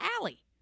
alley